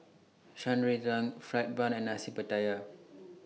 Shan Rui Tang Fried Bun and Nasi Pattaya